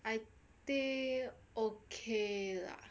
I think okay lah